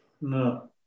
no